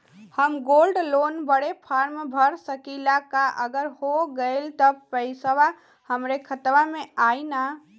हम gold loan बड़े form भर सकी ला का अगर हो गैल त पेसवा हमरे खतवा में आई ना?